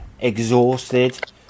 exhausted